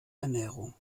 ernährung